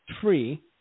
free